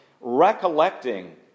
recollecting